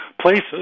places